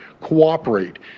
Cooperate